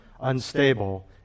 unstable